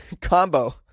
combo